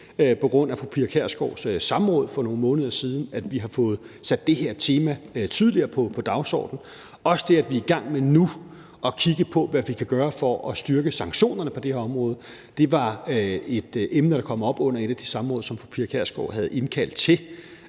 på grund af fru Pia Kjærsgaards samråd for nogle måneder siden, at vi har fået sat det her tema tydeligere på dagsordenen, og at vi nu er i gang med at kigge på, hvad vi kan gøre for at styrke sanktionerne på det her område. Det var et emne, der kom op på et af de samråd, som fru Pia Kjærsgaard havde indkaldt til.